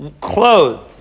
clothed